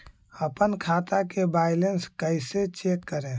अपन खाता के बैलेंस कैसे चेक करे?